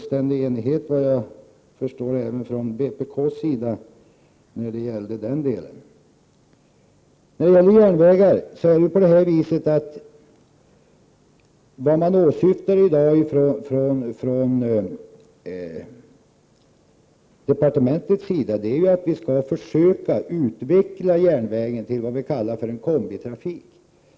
Såvitt jag förstår skedde detta i fullständig enighet. Betänkandet accepterades alltså även av vpk. Vad som åsyftas i dag från departementets sida är att vi skall försöka utveckla järnvägen till något som vi kallar för en kombitrafik.